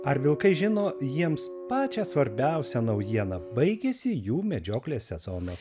ar vilkai žino jiems pačią svarbiausią naujieną baigėsi jų medžioklės sezonas